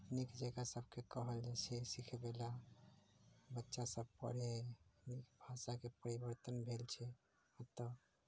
नीक जेकाँ सबकेँ कहल जाइ छै सीखबै लए बच्चा सब पढै भाषाके परिवर्तन भेल छै ओतऽ